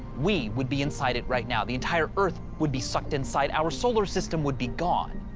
we would be inside it right now. the entire earth would be sucked inside. our solar system would be gone.